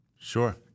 sure